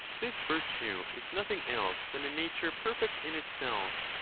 this virtue is nothing else than a nature perfect in itself,